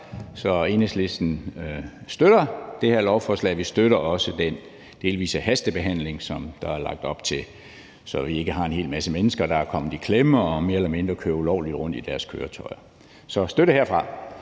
så Enhedslisten støtter det her lovforslag. Vi støtter også den delvise hastebehandling, der er lagt op til, så vi ikke har en hel masse, der er kommet i klemme og mere eller mindre kører ulovligt rundt i deres køretøjer. Så der er støtte herfra.